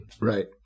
right